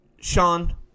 Sean